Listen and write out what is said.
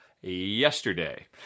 yesterday